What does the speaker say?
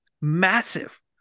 Massive